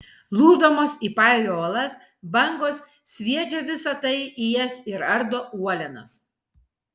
lūždamos į pajūrio uolas bangos sviedžia visa tai į jas ir ardo uolienas